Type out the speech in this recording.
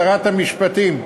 המשפטים,